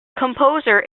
composer